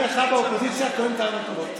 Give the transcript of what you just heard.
אתה באופוזיציה טוען טענות טובות.